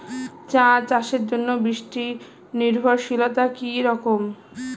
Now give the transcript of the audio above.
চা চাষের জন্য বৃষ্টি নির্ভরশীলতা কী রকম?